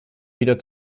wieder